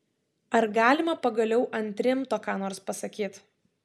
ar galima pagaliau ant rimto ką nors pasakyt